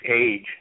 age